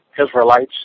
Israelites